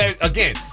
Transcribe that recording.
again